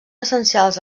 essencials